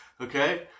Okay